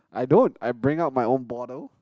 I don't I bring up my own bottle